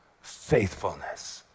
faithfulness